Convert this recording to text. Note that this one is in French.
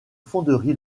fonderie